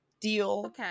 deal